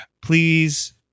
Please